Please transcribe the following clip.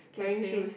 cafe